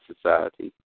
society